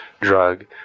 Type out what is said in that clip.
drug